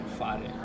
fare